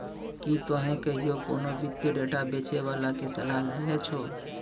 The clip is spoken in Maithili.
कि तोहें कहियो कोनो वित्तीय डेटा बेचै बाला के सलाह लेने छो?